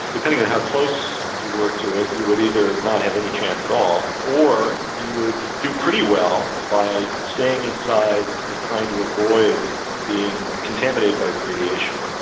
depending on how close you were to it, you would either not have any chance at all, or you would do pretty well by staying inside and trying to avoid being contaminated by the radiation.